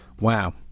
Wow